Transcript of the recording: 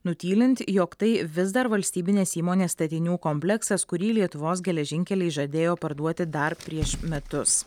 nutylint jog tai vis dar valstybinės įmonės statinių kompleksas kurį lietuvos geležinkeliai žadėjo parduoti dar prieš metus